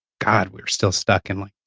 god, we're still stuck in, like,